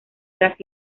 tras